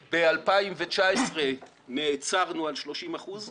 ב-2019 נעצרנו על 30 אחוזים